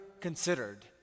considered